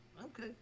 okay